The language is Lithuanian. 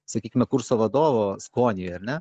sakykime kurso vadovo skoniui ar ne